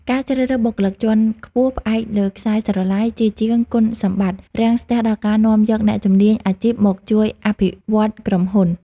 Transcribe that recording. ការជ្រើសរើសបុគ្គលិកជាន់ខ្ពស់ផ្អែកលើ "ខ្សែស្រឡាយ" ជាជាង "គុណសម្បត្តិ" រាំងស្ទះដល់ការនាំយកអ្នកជំនាញអាជីពមកជួយអភិវឌ្ឍក្រុមហ៊ុន។